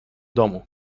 domu